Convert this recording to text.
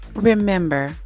Remember